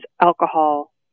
alcohol